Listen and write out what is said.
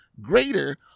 greater